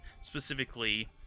specifically